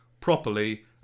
properly